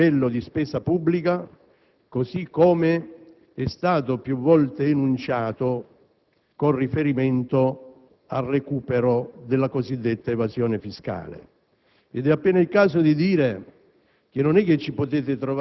di pari intensità e rigore, a livello di spesa pubblica, di quello più volte enunciato con riferimento al recupero della cosiddetta evasione fiscale.